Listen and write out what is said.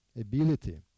ability